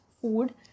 food